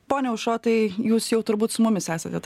pone aušrotai jūs jau turbūt su mumis esate taip